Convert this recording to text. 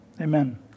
Amen